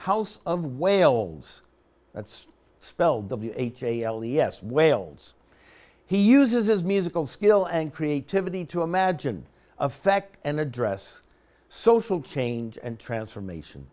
house of wales that's spelled h a l e s wales he uses his musical skill and creativity to imagine affect and address social change and transformation